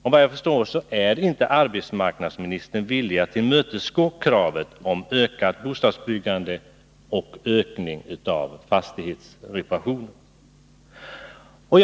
Såvitt jag förstår är arbetsmarknadsministern inte villig att tillmötesgå kravet på ett ökat bostadsbyggande och en ökning av fastighetsreparationerna.